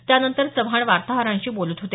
त्यानंतर चव्हाण वार्ताहरांशी बोलत होते